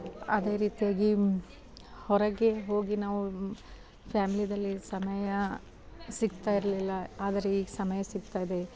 ಅದೇ ರೀತಿಯಾಗಿ ಹೊರಗೆ ಹೋಗಿ ನಾವು ಫ್ಯಾಮಿಲಿಯಲ್ಲಿ ಸಮಯ ಸಿಗ್ತಾಯಿರಲಿಲ್ಲ ಆದರೆ ಈಗ ಸಮಯ ಸಿಗ್ತಾಯಿದೆ